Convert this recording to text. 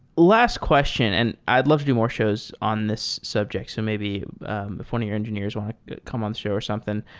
last question, and i'd love to do more shows on this subject. so maybe if one of your engineers want to come on the show or something.